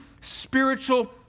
spiritual